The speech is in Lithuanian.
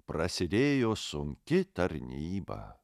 prasidėjo sunki tarnyba